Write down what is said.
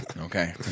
Okay